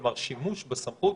כלומר שימוש בסמכות,